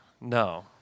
No